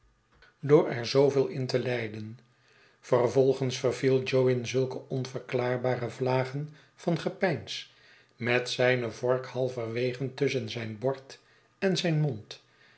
hem er zooveel in te lijden vervolgens verviel jo in zulke onverklaarbare vlagen van gepeins met zijne vork halverwege tusschen zijn bord en zijn mond